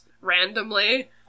randomly